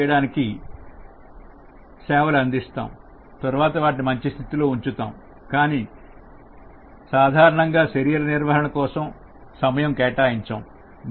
తర్వాత వాటిని మంచి స్థితిలో ఉంచుతాం కానీ కానీ సాధారణంగా శరీర నిర్వహణ కోసం సమయం కేటాయించం